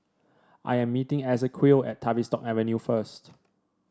I am meeting Esequiel at Tavistock Avenue first